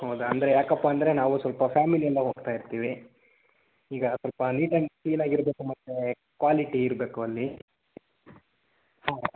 ಹೌದಾ ಅಂದರೆ ಯಾಕಪ್ಪ ಅಂದರೆ ನಾವು ಸ್ವಲ್ಪ ಫ್ಯಾಮಿಲಿ ಎಲ್ಲ ಹೋಗ್ತಾ ಇರ್ತೀವಿ ಈಗ ಸ್ವಲ್ಪ ನೀಟಾಗಿ ಕ್ಲೀನಾಗಿರ್ಬೇಕು ಮತ್ತೆ ಕ್ವಾಲಿಟಿ ಇರಬೇಕು ಅಲ್ಲಿ ಹಾಂ